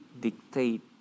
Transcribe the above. dictate